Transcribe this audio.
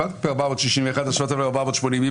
5,081 עד 5,100, מי